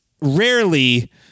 rarely